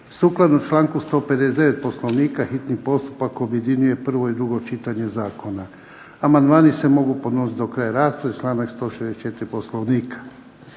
Sukladno članku 159. Poslovnika hitni postupak objedinjuje prvo i drugo čitanje zakona. Amandmani se mogu podnositi do kraja rasprave, članak 164. Poslovnika.